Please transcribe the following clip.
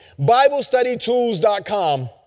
BibleStudyTools.com